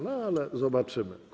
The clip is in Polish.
No ale zobaczymy.